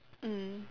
mm